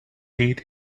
did